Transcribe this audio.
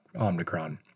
Omicron